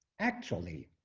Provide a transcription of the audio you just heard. actually,